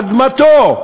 אדמתו,